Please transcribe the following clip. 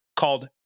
called